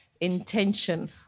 intention